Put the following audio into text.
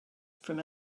from